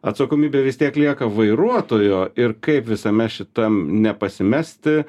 atsakomybė vis tiek lieka vairuotojo ir kaip visame šitam nepasimesti